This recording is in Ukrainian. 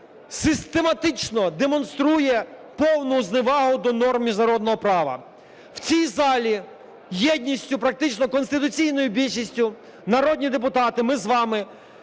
систематично демонструє повну зневагу до норм міжнародного права. В цій залі єдністю, практично конституційною більшістю, народні депутати, ми з вами,